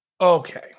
okay